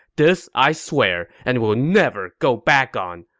this i swear, and will never go back on,